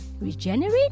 regenerate